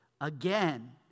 again